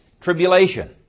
tribulation